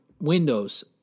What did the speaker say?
windows